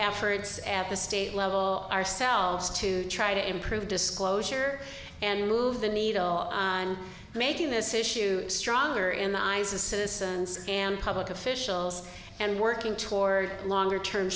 efforts at the state level ourselves to try to improve disclosure and move the needle on making this issue stronger in the eyes of citizens and public officials and working toward longer term